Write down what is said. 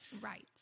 right